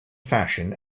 fashion